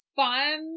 fun